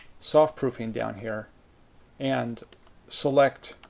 soft-proofing down here and select